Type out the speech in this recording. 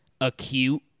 acute